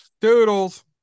Doodles